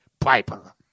Piper